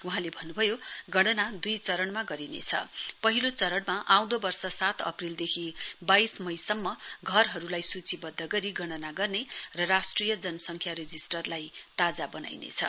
वहाँले भन्नुभयो गणना दुई चरणमा गरिनेछ पहिलो चरणमा आउँदो वर्ष सात अप्रेलदेखि बाइस मईसम्म घरहरुलाई सूचीबध्द गरी गणना गर्ने र राष्ट्रिय जनसंख्या रेजिस्टरलाई ताजा वनाइनेछ